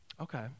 Okay